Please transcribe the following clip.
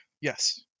Yes